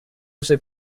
also